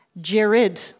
Jared